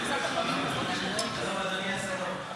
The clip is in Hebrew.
שלום, אדוני הסיו"ר.